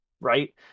Right